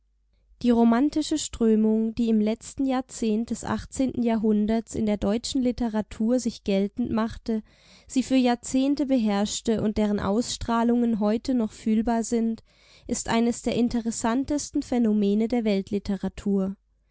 die romantische strömung die im letzten jahrzehnt des achtzehnten jahrhunderts in der deutschen literatur sich geltend machte sie für jahrzehnte beherrschte und deren ausstrahlungen heute noch fühlbar sind ist eines der interessantesten phänomene der weltliteratur